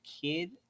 kid